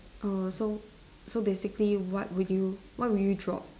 err so so basically what would you what would you drop